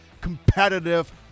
competitive